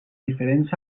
diferents